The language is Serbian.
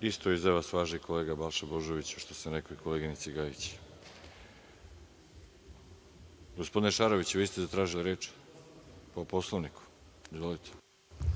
Isto i za vas važi, kolega Balša Božoviću, što sam rekao i koleginici Gorici. Gospodine Šaroviću, vi ste zatražili reč? Po Poslovniku.